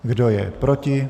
Kdo je proti?